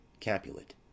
Capulet